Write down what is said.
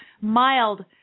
mild